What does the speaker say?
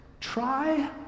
Try